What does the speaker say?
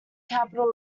capital